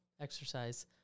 exercise